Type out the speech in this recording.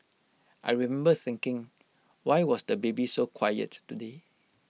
I remember thinking why was the baby so quiet today